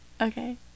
Okay